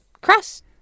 Cross